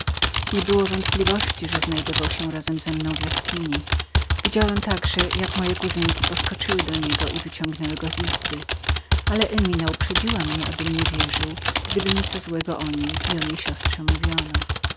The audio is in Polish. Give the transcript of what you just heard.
nie było wątpliwości że znajdował się razem ze mną w jaskini widziałem także jak moje kuzynki poskoczyły do niego i wyciągnęły go do drugiej izby ale emina uprzedziła mnie abym nie wierzył gdyby mi co złego o niej i o siostrze mówiono